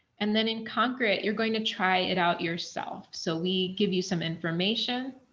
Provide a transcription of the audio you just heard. and then in concrete, you're going to try it out yourself. so, we give you some information.